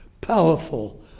powerful